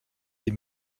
des